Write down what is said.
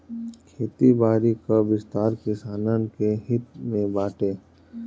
खेती बारी कअ विस्तार किसानन के हित में बाटे